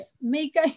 make